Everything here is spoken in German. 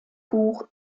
buch